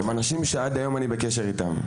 הם אנשים שעד היום אני בקשר אתם,